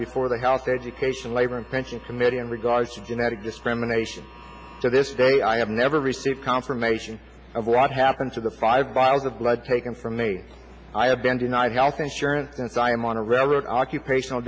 before the health education labor and pensions committee in regards to genetic discrimination to this day i have never received confirmation of what happens to the private eye of the blood taken from me i have been denied health insurance since i am on a regular occupational